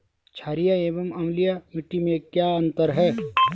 छारीय एवं अम्लीय मिट्टी में क्या अंतर है?